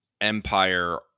Empire